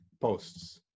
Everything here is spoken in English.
posts